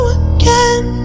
again